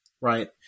right